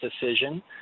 decision